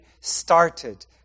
started